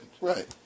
Right